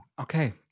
okay